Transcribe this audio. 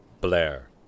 Blair